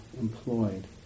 employed